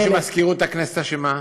אני לא אמרתי שמזכירות הכנסת אשמה,